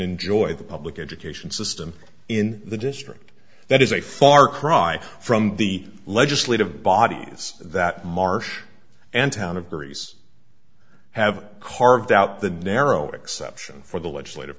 enjoy the public education system in the district that is a far cry from the legislative bodies that marsh and town of greece have carved out the narrow exception for the legislative